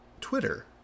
Twitter